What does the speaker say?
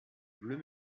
bleu